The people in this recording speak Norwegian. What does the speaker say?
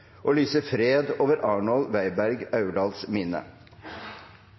og lyser fred over Arnold Weiberg-Aurdals minne.